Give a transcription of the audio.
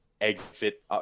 exit